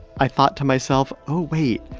i thought to myself, oh, wait,